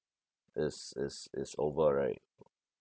is is is over right